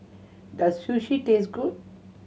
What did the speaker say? does Sushi taste good